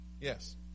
Yes